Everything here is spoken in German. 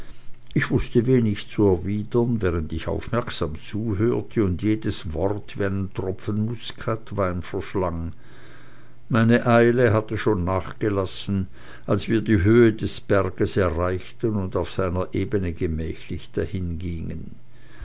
ich wußte wenig zu erwidern während ich aufmerksam zuhörte und jedes wort wie einen tropfen muskatwein verschlang meine eile hatte schon nachgelassen als wir die höhe des berges erreichten und auf seiner ebene gemächlich dahingingen